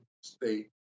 state